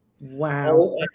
Wow